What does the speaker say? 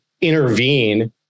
intervene